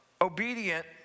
obedient